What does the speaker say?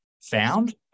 found